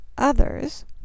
others